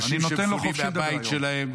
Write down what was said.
אנשים שמפונים מהבית שלהם.